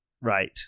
right